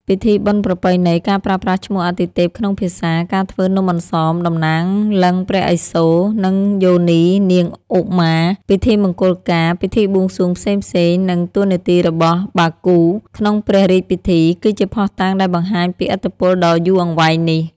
ពិធីបុណ្យប្រពៃណី ការប្រើប្រាស់ឈ្មោះអាទិទេពក្នុងភាសា ការធ្វើនំអន្សម តំណាងលិង្គព្រះឥសូរ និងយោនីនាងឧមា ពិធីមង្គលការ ពិធីបួងសួងផ្សេងៗ និងតួនាទីរបស់ បាគូ ក្នុងព្រះរាជពិធី គឺជាភស្តុតាងដែលបង្ហាញពីឥទ្ធិពលដ៏យូរអង្វែងនេះ។